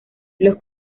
los